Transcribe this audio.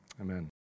amen